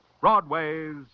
Broadway's